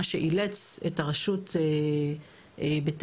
שאילץ את הרשות להתאים את המענים שלה,